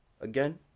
again